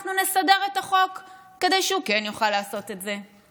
אנחנו נסדר את החוק כדי שהוא כן יוכל לעשות את זה.